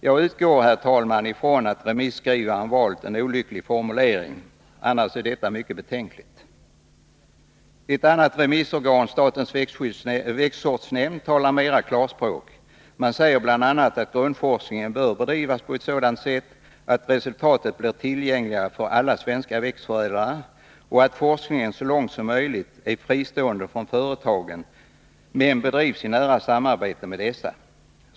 Jag utgår från att remisskrivaren valt en olycklig formulering. Annars är detta betänkligt. Ett annat remissorgan, statens växtsortsnämnd, talar mera klarspråk. Man säger bl.a. att grundforskningen bör bedrivas på ett sådant sätt att resultaten blir tillgängliga för alla svenska växtförädlare, och att forskningen så långt som möjligt är fristående från företagen, men bedrivs i nära samarbete med dessa.